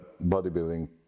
bodybuilding